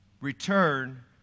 Return